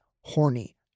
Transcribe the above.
horny